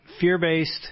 fear-based